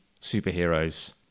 superheroes